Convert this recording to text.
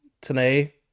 today